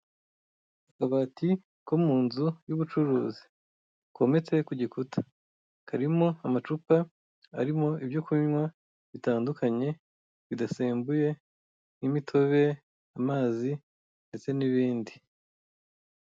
Akabati ko mu nzu y'ubucuruzi kometse ku gikuta, karimo amacupa arimo ibyo kunywa bitandukanye bidasembuye, nk'imitobe, amazi, ndetse n'ibindi.